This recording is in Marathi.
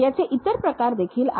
याचे इतर प्रकार देखील आहेत